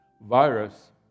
virus